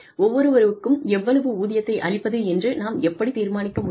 ஒவ்வொருவருக்கும் எவ்வளவு ஊதியத்தை அளிப்பது என்று நாம் எப்படி தீர்மானிக்க முடியும்